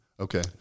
Okay